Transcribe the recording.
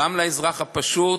גם לאזרח הפשוט